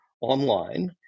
online